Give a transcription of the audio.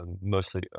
mostly